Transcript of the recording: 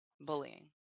Bullying